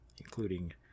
including